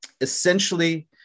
essentially